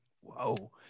whoa